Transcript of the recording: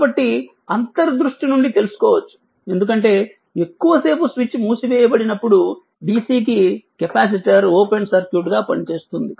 కాబట్టి అంతర్ దృష్టి నుండి తెలుసుకోవచ్చు ఎందుకంటే ఎక్కువ సేపు స్విచ్ మూసివేయబడినప్పుడు DC కి కెపాసిటర్ ఓపెన్ సర్క్యూట్గా పనిచేస్తుంది